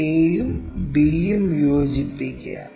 a യും b യും യോജിപ്പിക്കുക